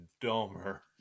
dumber